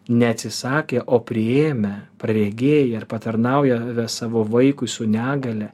neatsisakę o priėmę praregėja ar patarnauja savo vaikui su negalia